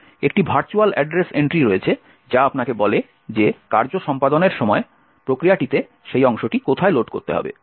একটি virtual address entry রয়েছে যা আপনাকে বলে যে কার্য সম্পাদনের সময় প্রক্রিয়াটিতে সেই অংশটি কোথায় লোড করতে হবে